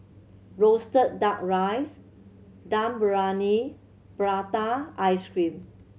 roasted Duck Rice Dum Briyani prata ice cream